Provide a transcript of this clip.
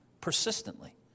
persistently